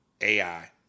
AI